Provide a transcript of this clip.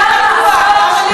המתקן פתוח.